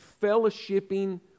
fellowshipping